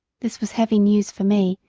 this was heavy news for me,